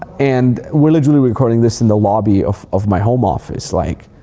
and we're literally recording this in the lobby of of my home office, like